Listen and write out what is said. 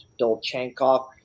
Dolchenkov